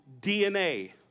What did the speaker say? DNA